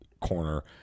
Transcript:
corner